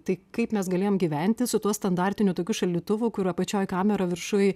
tai kaip mes galėjom gyventi su tuo standartiniu tokiu šaldytuvu kur apačioj kamera viršuj